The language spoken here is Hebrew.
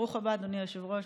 ברוך הבא, אדוני היושב-ראש.